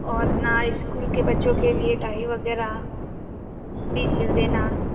और ना स्कूल के बच्चों के लिए टाई वग़ैरह भी सी देना